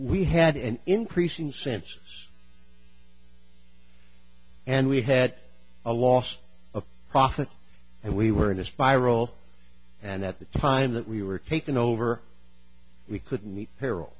we had an increasing sense and we had a loss of profit and we were in a spiral and at the time that we were taken over we couldn't meet